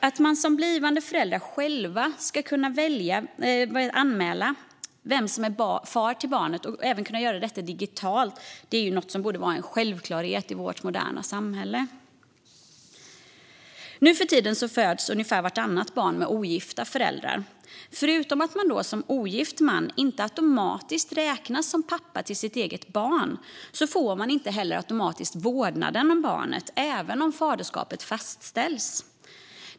Att blivande föräldrar själva ska kunna anmäla vem som är far till barnet, även digitalt, borde vara en självklarhet i vårt moderna samhälle. Nu för tiden föds ungefär vartannat barn med ogifta föräldrar. Förutom att en ogift man inte automatiskt räknas som pappa till sitt eget barn får han inte heller automatiskt vårdnaden om barnet, även om faderskapet fastställs.